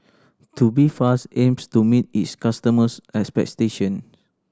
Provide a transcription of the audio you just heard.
tubifast aims to meet its customers' expectation